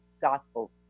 gospels